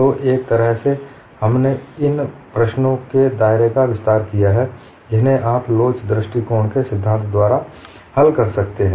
तो एक तरह से इसने उन प्रश्नों के दायरे का विस्तार किया है जिन्हें आप लोच दृष्टिकोण के सिद्धांत द्वारा हल कर सकते हैं